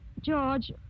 George